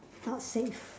not safe